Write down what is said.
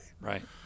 Right